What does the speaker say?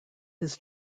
his